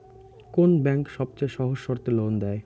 কোন ব্যাংক সবচেয়ে সহজ শর্তে লোন দেয়?